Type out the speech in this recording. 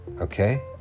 Okay